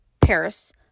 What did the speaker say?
Paris